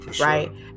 right